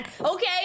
Okay